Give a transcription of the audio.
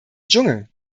dschungel